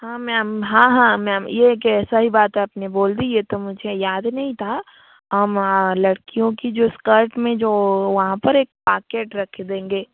हाँ मैम हाँ हाँ मैम ये कैसा ही बात है आपने बोल दी ये तो मुझे याद नहीं था लड़कियों की जो स्कर्ट में जो वहाँ पे एक पॉकेट रख देंगे